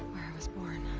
where i was born.